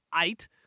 eight